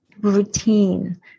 Routine